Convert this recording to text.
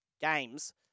games